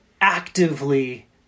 actively